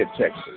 Texas